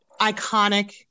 iconic